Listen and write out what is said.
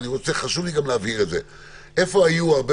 חשוב לי להבהיר את זה: איפה היו הרבה